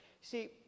See